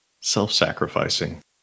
self-sacrificing